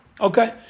Okay